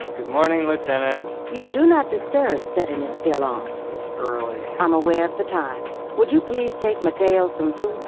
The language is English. good morning, lieutenant your yeah do not disturb setting is still on it's early i'm aware of the time. would you please take mateo some food?